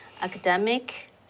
academic